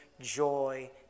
joy